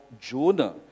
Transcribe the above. Jonah